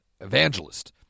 evangelist